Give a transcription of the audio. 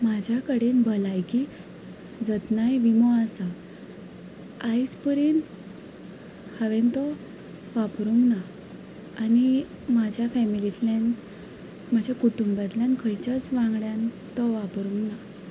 म्हज्या कडेन भलायकी जतनाय विमो आसा आयज पर्यंत हांवें तो वापरूंक ना आनी म्हाज्या फॅमिलींतल्यान म्हज्या कुटुंबांतल्यान खंयच्याच वांगड्यान तो वापरूंक ना